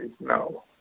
No